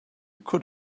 could